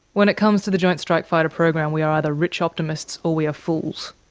when it comes to the joint strike fighter program we are either rich optimists or we are fools?